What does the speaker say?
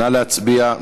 נא להצביע.